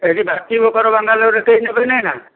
ଏଠି ବାକି ବୋକର ବାଙ୍ଗାଲୋରରେ କେହି ନେବେ ନାହିଁ ନା